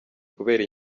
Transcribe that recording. kubera